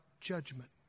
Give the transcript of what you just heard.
judgment